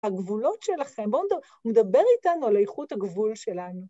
הגבולות שלכם. בו הוא מדבר איתנו על איכות הגבול שלנו.